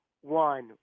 one